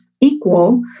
equal